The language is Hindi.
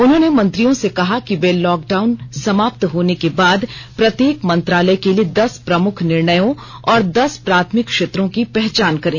उन्होंने मंत्रियों से कहा कि र्वे लॉकडाउन समाप्त होने के बाद प्रत्येक मंत्रालय के लिए दस प्रमुख निर्णयों और दस प्रथामिक क्षेत्रों की पहचान करें